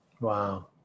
Wow